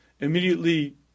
immediately